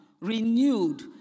renewed